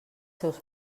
seus